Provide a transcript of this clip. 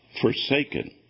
forsaken